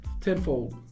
tenfold